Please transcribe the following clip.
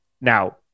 Now